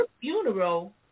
funeral